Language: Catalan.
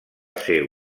ser